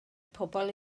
pobl